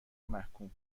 ومحکوم